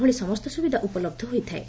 ଭଳି ସମସ୍ତ ସୁବିଧା ଉପଲହ ହୋଇଥାଏ